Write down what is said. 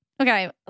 Okay